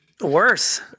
Worse